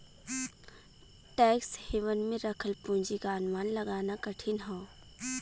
tax haven में रखल पूंजी क अनुमान लगाना कठिन हौ